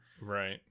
Right